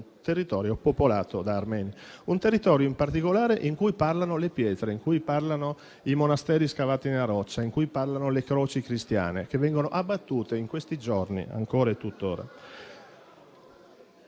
territorio popolato da armeni. Si tratta di un territorio, in particolare, in cui parlano le pietre, in cui parlano i monasteri scavati nella roccia e in cui parlano le croci cristiane, che vengono abbattute ancora in questi giorni. Credo